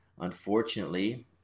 unfortunately